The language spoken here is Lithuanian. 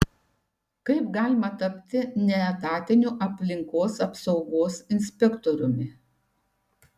kaip galima tapti neetatiniu aplinkos apsaugos inspektoriumi